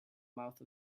mouth